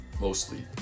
mostly